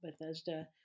Bethesda